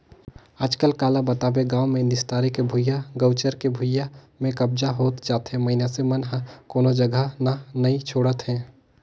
आजकल काला बताबे गाँव मे निस्तारी के भुइयां, गउचर के भुइयां में कब्जा होत जाथे मइनसे मन ह कोनो जघा न नइ छोड़त हे